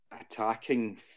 attacking